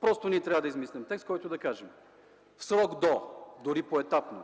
Просто ние трябва да измислим текст, с който да кажем: срок до, дори поетапно,